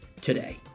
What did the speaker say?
today